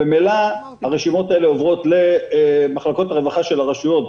ממילא הרשימות האלה עוברות למחלקות הרווחה של הרשויות,